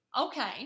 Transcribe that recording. Okay